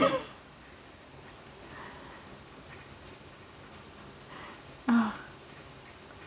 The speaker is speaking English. oh